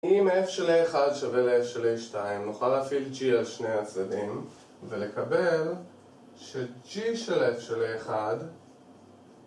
אם F של A1 שווה ל-F של A2, נוכל להפעיל G על שני הצדדים ולקבל ש-G של F של A1